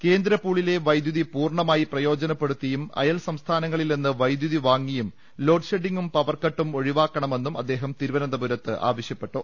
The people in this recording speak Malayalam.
കേന്ദ്ര പൂളിലെ വൈദ്യുതി പൂർണമായി പ്രയോജനപ്പെടുത്തിയും അയൽ സംസ്ഥാ നങ്ങളിൽ നിന്ന് വൈദ്യുതി വാങ്ങിയും ലോഡ് ഷെഡിങ്ങും പവർക്കട്ടും ഒഴിവാക്കണമെന്നും അദ്ദേഹം തിരുവനന്തപുരത്ത് ആവ ശ്യപ്പെട്ടു